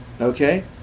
Okay